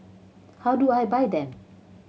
how do I buy them